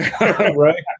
Right